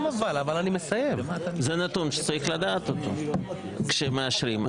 שצריך לדעת אותו כשמאשרים.